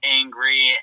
angry